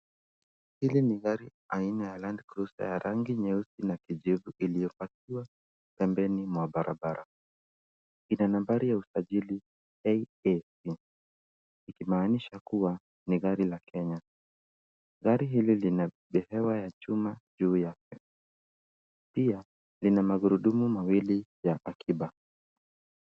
Hili ni gari aina ya Landcruiser ya rangi nyeusi na kijivu iliyopakiwa pembeni mwa barabara. Ina nambari ya usajili KAP ikimaanisha kuwa ni gari la Kenya. Gari hili lina behewa ya chuma juu yake. Pia lina magurudumu mawili ya akiba.